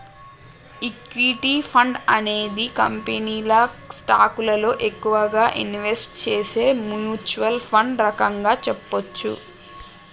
equity fund అనేది కంపెనీల స్టాకులలో ఎక్కువగా ఇన్వెస్ట్ చేసే మ్యూచ్వల్ ఫండ్ రకంగా చెప్పచ్చు